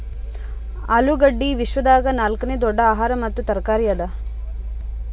ಆಲೂಗಡ್ಡಿ ವಿಶ್ವದಾಗ್ ನಾಲ್ಕನೇ ದೊಡ್ಡ ಆಹಾರ ಮತ್ತ ತರಕಾರಿ ಅದಾ